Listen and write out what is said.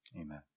amen